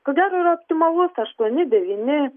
kodėl yra optimalus aštuoni devyni